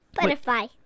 Butterfly